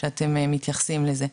שאתם מתייחסים לזה.